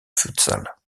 futsal